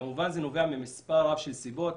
כמובן שזה נובע ממספר רב של סיבות,